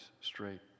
straight